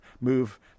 move